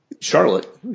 Charlotte